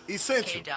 Essential